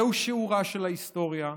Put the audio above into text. זהו שיעורה של ההיסטוריה,